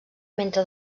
mentre